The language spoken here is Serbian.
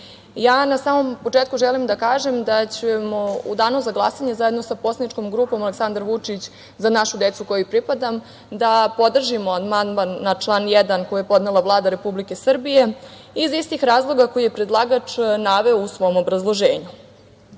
na samom početku želim da kažem da ćemo u danu za glasanje zajedno sa poslaničkom grupom Aleksandar Vučić – Za našu decu kojoj pripadam da podržimo amandman na član 1. koji je podnela Vlada Republike Srbije, iz istih razloga koje je predlagač naveo u svom obrazloženju. Ono